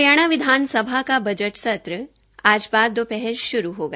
हरियाणा विधानसभा का बजट सत्र आज बाद दोपहर श्रू हो गया